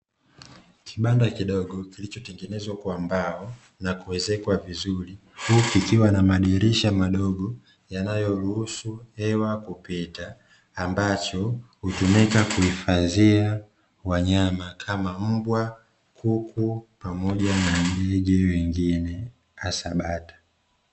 Kibanda kidogo kilichotengenezwa kwa mbao, na kuezekwa vizuri huku kikiwa na madirisha madogo yanayoruhusu hewa kupita. Ambacho hutumika kuhifadhia wanyama kama: mbwa, kuku pamoja na ndege wengine hasa bata.